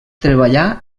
treballà